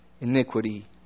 iniquity